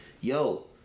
yo